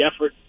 effort